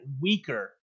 weaker